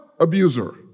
abuser